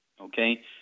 okay